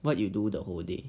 what you do the whole day